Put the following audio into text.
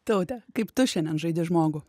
taute kaip tu šiandien žaidi žmogų